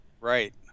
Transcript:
Right